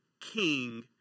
king